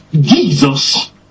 jesus